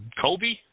Kobe